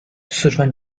四川